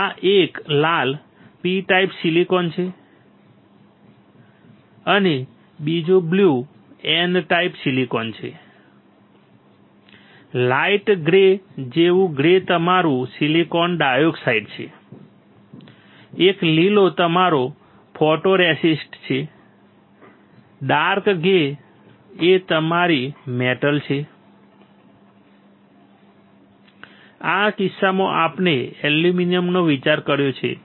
આ એક લાલ P ટાઇપ સિલિકોન છે અને બીજુ બ્લુ N ટાઇપ સિલિકોન છે લાઇટ ગ્રે જેવું ગ્રે તમારું સિલિકોન ડાયોક્સાઇડ છે એક લીલો તમારો ફોટોરેસિસ્ટ છે ડાર્ક ગ્રે એક તમારી મેટલ છે આ કિસ્સામાં આપણે એલ્યુમિનિયમનો વિચાર કર્યો છે